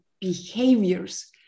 behaviors